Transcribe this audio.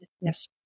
yes